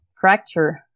fracture